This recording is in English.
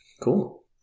Cool